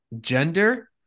gender